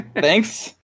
thanks